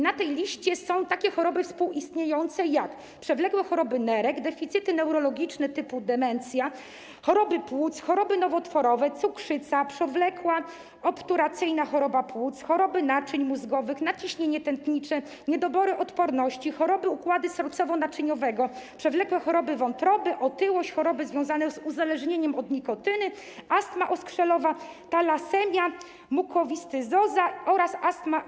Na tej liście są takie choroby współistniejące jak: przewlekłe choroby nerek, deficyty neurologiczne typu demencja, choroby płuc, choroby nowotworowe, cukrzyca, przewlekła obturacyjna choroba płuc, choroby naczyń mózgowych, nadciśnienie tętnicze, niedobory odporności, choroby układu sercowo-naczyniowego, przewlekłe choroby wątroby, otyłość, choroby związane z uzależnieniem od nikotyny, astma oskrzelowa, talasemia, mukowiscydoza oraz astma sierpowata.